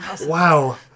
Wow